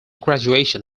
graduation